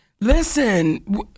listen